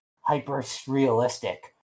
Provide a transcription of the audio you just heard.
hyper-realistic